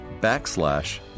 backslash